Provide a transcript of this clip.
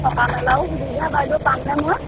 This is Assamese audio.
থকা মেলাৰো সুবিধা বাইদেউ পামনে মই